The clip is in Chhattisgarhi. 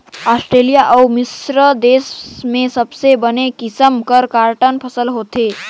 आस्टेलिया अउ मिस्र देस में सबले बने किसम के कॉटन फसल होथे